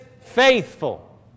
faithful